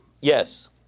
Yes